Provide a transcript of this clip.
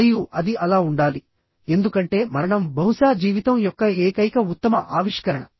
మరియు అది అలా ఉండాలి ఎందుకంటే మరణం బహుశా జీవితం యొక్క ఏకైక ఉత్తమ ఆవిష్కరణ